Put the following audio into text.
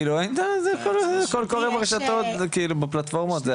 כאילו האינטרנט זה כל היום ברשתות זה כאילו בפלטפורמות זה